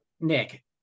Nick